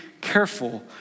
careful